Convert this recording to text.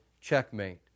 Checkmate